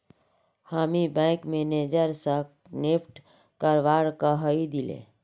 हामी bank manager स NEFT करवा कहइ दिले